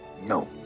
No